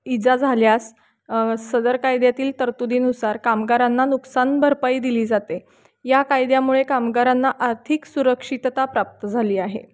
इजा झाल्यास सदर कायद्यातील तरतुदीनुसार कामगारांना नुकसान भरपाई दिली जाते या कायद्यामुळे कामगारांना आर्थिक सुरक्षितता प्राप्त झाली आहे